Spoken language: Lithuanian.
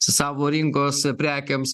savo rinkos prekėms